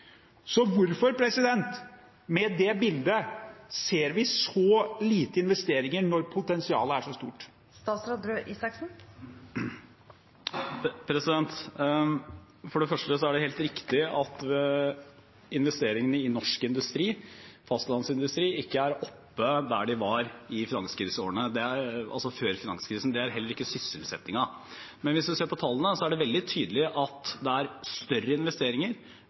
Med det bildet – hvorfor ser vi så lite investeringer når potensialet er så stort? For det første er det helt riktig at investeringene i norsk fastlandsindustri ikke er oppe der de var før finanskrisen. Det er heller ikke sysselsettingen. Men hvis vi ser på tallene, er det veldig tydelig at det er større investeringer,